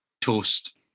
toast